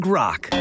rock